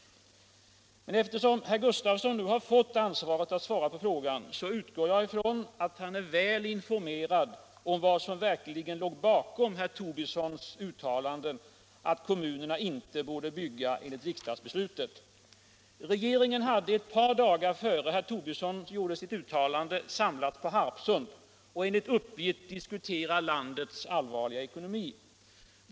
Men eftersom herr Gustavsson nu har fått ansvaret att svara på frågan utgår jag från att han är väl informerad om vad som verkligen låg bakom herr Tobissons uttalanden, att kommunerna inte borde bygga ut barnomsorgen enligt riksdagsbeslutet. Regeringen hade ett par dagar innan herr Tobisson gjorde sitt uttalande samlats på Harpsund, enligt uppgift för att diskutera landets allvarliga ekonomi.